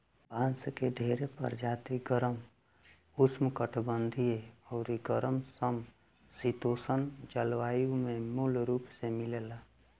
बांस के ढेरे प्रजाति गरम, उष्णकटिबंधीय अउरी गरम सम शीतोष्ण जलवायु में मूल रूप से मिलेला